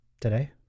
today